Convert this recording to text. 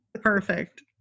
Perfect